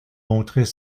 montrait